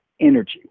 energy